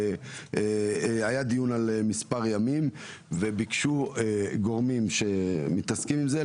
והיה דיון על מספר ימים וביקשו גורמים שמתעסקים עם זה,